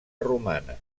romana